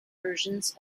versions